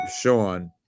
Sean